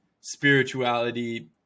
spirituality